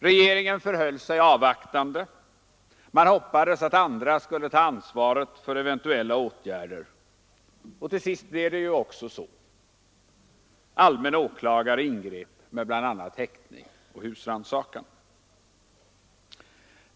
Regeringen förhöll sig avvaktande och hoppades, att andra skulle ta ansvaret för eventuella åtgärder. Till sist blev det också så. Allmän åklagare ingrep med bl.a. häktning och husrannsakan.